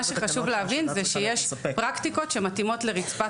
מה שחשוב להבין זה שיש פרקטיקות שמתאימות לרצפת